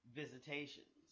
visitations